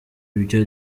ibyo